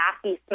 smell